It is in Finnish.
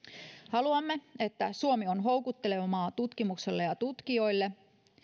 haluamme että suomi on houkutteleva maa tutkimukselle ja ja tutkijoille